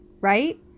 right